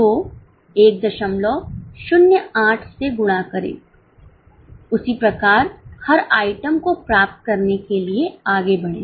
तो 108 से गुणा करें उसी प्रकार हर आइटम को प्राप्त करने के लिए आगे बढ़ें